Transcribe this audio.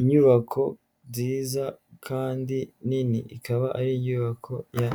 Inyubako nziza kandi nini, ikaba ari inyubako ya